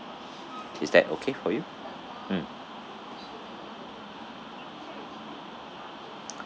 is that okay for you mm